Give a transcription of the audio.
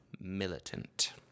militant